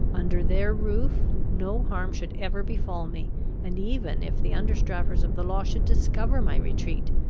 under their roof no harm should ever befal me and, even if the understrappers of the law should discover my retreat,